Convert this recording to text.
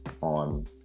on